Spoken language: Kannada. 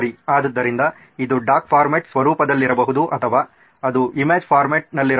ಆದ್ದರಿಂದ ಇದು ಡಾಕ್ ಸ್ವರೂಪದಲ್ಲಿರಬಹುದು ಅಥವಾ ಅದು ಇಮೇಜ್ ಫಾರ್ಮ್ಯಾಟ್ನಲ್ಲಿರಬಹುದು